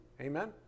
Amen